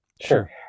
Sure